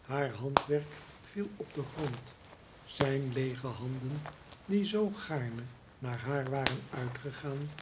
haar handwerk viel op den grond zijn leege handen die zoo gaarne naar haar waren uitgegaan